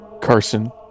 Carson